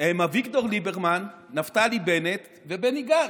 הם אביגדור ליברמן, נפתלי בנט ובני גנץ,